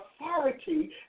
authority